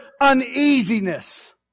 uneasiness